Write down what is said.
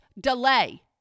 delay